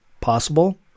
possible